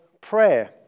prayer